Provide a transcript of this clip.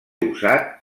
usat